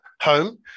home